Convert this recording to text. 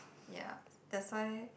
ya that's why